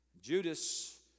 Judas